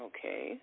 Okay